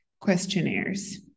questionnaires